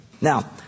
Now